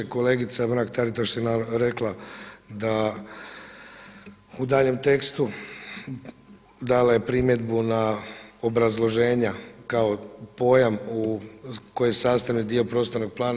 Kolegica Mrak TAritaš je rekla da u daljnjem tekstu dala je primjedbu na obrazloženja kao pojam koji je sastavni dio prostornog plana.